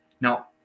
Now